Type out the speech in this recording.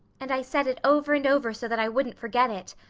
and i said it over and over so that i wouldn't forget it.